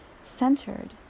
centered